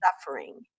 suffering